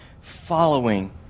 following